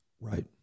Right